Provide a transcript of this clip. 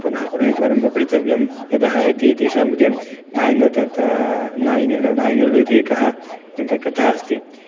पुनः पुनः एकवारं पठितव्यं यदाः इति तेषां कृते नायणल्लु एकः कथा अस्ति